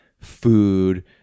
food